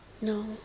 no